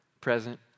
present